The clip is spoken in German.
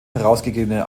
herausgegebene